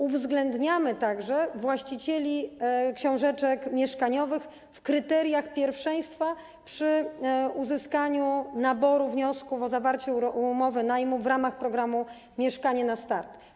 Uwzględniamy także właścicieli książeczek mieszkaniowych w kryteriach pierwszeństwa przy naborze wniosków o zawarcie umowy najmu w ramach programu „Mieszkanie na start”